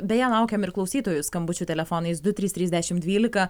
beje laukiam ir klausytojų skambučių telefonu du trys trys dešimt dvylika